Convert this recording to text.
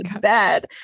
bad